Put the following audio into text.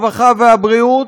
הרווחה והבריאות,